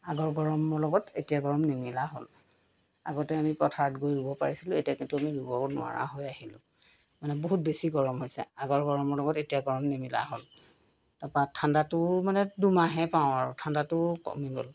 আগৰ গৰমৰ লগত এতিয়া গৰম নিমিলা হ'ল আগতে আমি পথাৰত গৈ ৰুব পাৰিছিলোঁ এতিয়া কিন্তু আমি ৰুব নোৱাৰা হৈ আহিলোঁ মানে বহুত বেছি গৰম হৈছে আগৰ গৰমৰ লগত এতিয়া গৰম নিমিলা হ'ল তাৰপা ঠাণ্ডাটো মানে দুমাহে পাওঁ আৰু ঠাণ্ডাটো কমি গ'ল